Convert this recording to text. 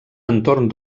entorn